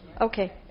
Okay